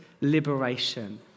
liberation